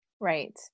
Right